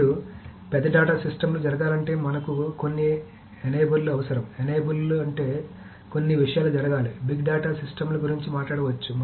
ఇప్పుడు పెద్ద డేటా సిస్టమ్లు జరగాలంటే మనకు కొన్ని ఎనేబర్లు అవసరం ఎనేబుల్లు అంటే కొన్ని విషయాలు జరగాలి బిగ్ డేటా సిస్టమ్ల గురించి మాట్లాడవచ్చు